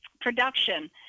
production